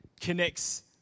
connects